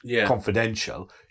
confidential